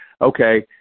Okay